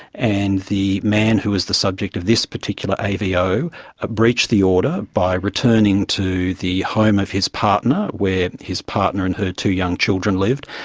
and the man who was the subject of this particular avo ah breached the order by returning to the home of his partner where his partner and her two young children lived,